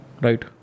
Right